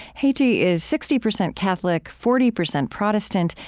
haiti is sixty percent catholic, forty percent protestant,